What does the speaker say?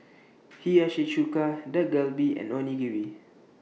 Hiyashi Chuka Dak Galbi and Onigiri